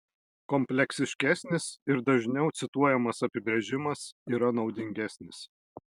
kompleksiškesnis ir dažniau cituojamas apibrėžimas yra naudingesnis